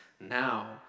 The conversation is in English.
now